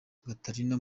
gatarina